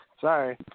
Sorry